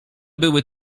były